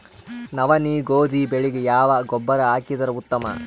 ನವನಿ, ಗೋಧಿ ಬೆಳಿಗ ಯಾವ ಗೊಬ್ಬರ ಹಾಕಿದರ ಉತ್ತಮ?